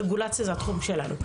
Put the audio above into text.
הרגולציה זה התחום שלנו.